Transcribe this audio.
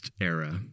era